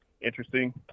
interesting